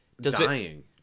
dying